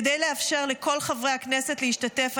כדי לאפשר לכל חברי הכנסת להשתתף,